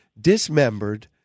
dismembered